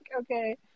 okay